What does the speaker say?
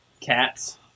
cats